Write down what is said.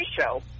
show